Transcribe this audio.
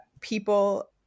people